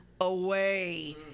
away